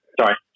Sorry